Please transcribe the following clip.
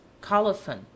Colophon